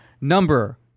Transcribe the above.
number